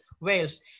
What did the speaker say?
Wales